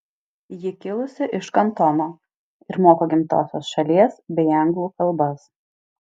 ji kilusi iš kantono ir moka gimtosios šalies bei anglų kalbas